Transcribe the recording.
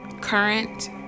current